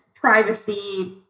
privacy